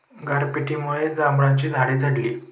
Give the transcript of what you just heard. गारपिटीमुळे जांभळाची झाडे झडली